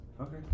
Okay